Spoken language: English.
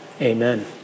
Amen